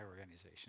organization